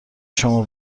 شما